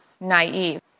naive